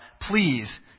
Please